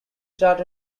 chart